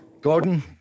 Gordon